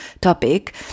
topic